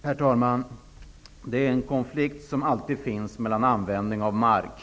Herr talman! Det finns alltid en konflikt när det gäller användning av mark.